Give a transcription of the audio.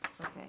Okay